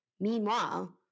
Meanwhile